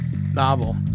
Novel